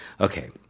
Okay